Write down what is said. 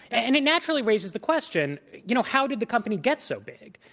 and it naturally raises the question, you know, how did the company get so big.